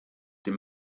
dem